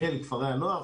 אל כפרי הנוער,